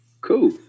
cool